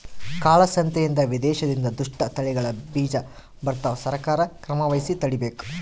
ಕಾಳ ಸಂತೆಯಿಂದ ವಿದೇಶದಿಂದ ದುಷ್ಟ ತಳಿಗಳ ಬೀಜ ಬರ್ತವ ಸರ್ಕಾರ ಕ್ರಮವಹಿಸಿ ತಡೀಬೇಕು